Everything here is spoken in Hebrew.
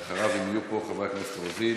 ואחריו, אם יהיו פה, חברי הכנסת רוזין,